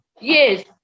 yes